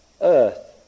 Earth